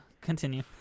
Continue